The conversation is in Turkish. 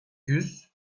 yüz